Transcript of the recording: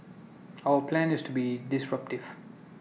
our plan is to be disruptive